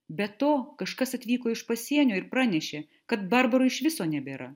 be to kažkas atvyko iš pasienio ir pranešė kad barbarų iš viso nebėra